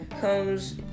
comes